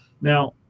Now